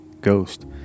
ghost